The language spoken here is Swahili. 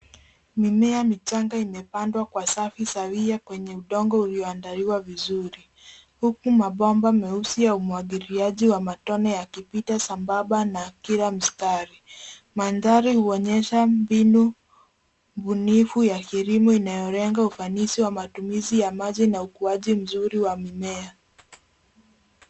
Mimea michanga imepandwa kwa safu sawia kwenye udongo ulioandaliwa vizuri huku mabomba meusi wa umwagiliaji wa matone yakipita sambamba na kila mstari, mandhari huonyesha mbinu bunifu ya kilimo inayolenga ufanisi wa matumizi ya maji na ukuaji mzuri wa mimea.